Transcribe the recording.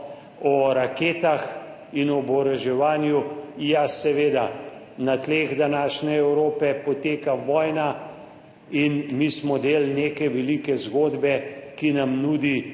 o raketah in oboroževanju, ja, seveda, na tleh današnje Evrope poteka vojna in mi smo del neke velike zgodbe, ki nam nudi